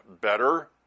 better